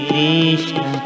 Krishna